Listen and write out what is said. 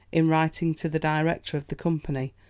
in writing to the director of the company,